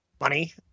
money